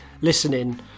listening